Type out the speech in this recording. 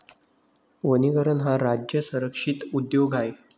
वनीकरण हा राज्य संरक्षित उद्योग आहे